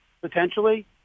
potentially